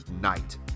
night